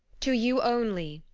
to you only,